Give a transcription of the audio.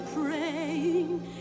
praying